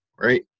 right